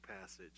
passage